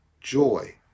joy